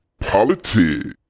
Politics